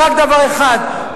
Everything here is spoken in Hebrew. ראש ממשלה שמתמחה רק בדבר אחד: